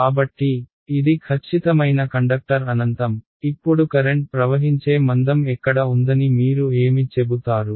కాబట్టి ఇది ఖచ్చితమైన కండక్టర్ అనంతం ఇప్పుడు కరెంట్ ప్రవహించే మందం ఎక్కడ ఉందని మీరు ఏమి చెబుతారు